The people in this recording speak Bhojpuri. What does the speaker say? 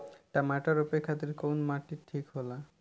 टमाटर रोपे खातीर कउन माटी ठीक होला?